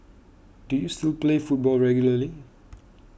do you still play football regularly